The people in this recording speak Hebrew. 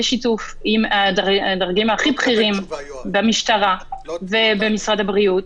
בשיתוף הדרגים הכי בכירים במשטרה ובמשרד הבריאות.